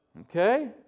Okay